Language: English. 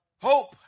Hope